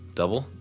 double